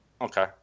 Okay